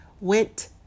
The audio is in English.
went